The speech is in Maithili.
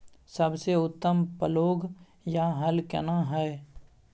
सबसे उत्तम पलौघ या हल केना हय?